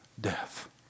death